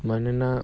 मानोना